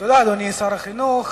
תודה, אדוני שר החינוך.